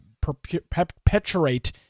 perpetuate